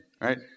right